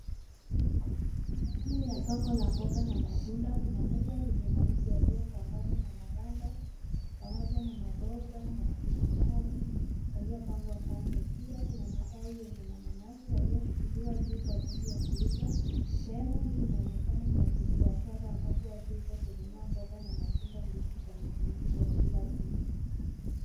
Sehemu ya soko la mboga na matunda kuna meza zenye mahindi yaliyochanganywa na maganda pamoja na maboga, matikitimaji yaliyopangwa kando. Pia kuna matawi yenye mananasi yaliyoshikiliwa juu kwa ajili ya kuuzaa, sehemu hii inaonekana ni ya kibiashara ambapo watu hukuja kununua mboga na matunda mbichi kwa matumizi ya kila siku.